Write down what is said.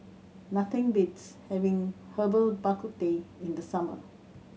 nothing beats having Herbal Bak Ku Teh in the summer